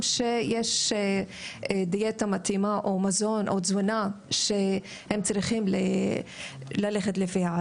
שיש דיאטה מתאימה או תזונה שהם צריכים ללכת לפיה.